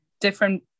different